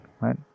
right